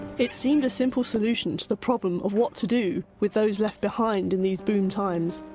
it seemed a simple solution to the problem of what to do with those left behind in these boom times,